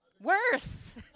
worse